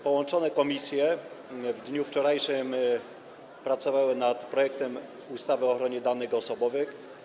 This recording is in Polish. Połączone komisje w dniu wczorajszym pracowały nad projektem ustawy o ochronie danych osobowych.